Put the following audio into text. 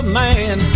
man